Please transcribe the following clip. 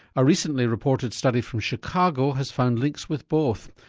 a recently reported study from chicago has found links with both.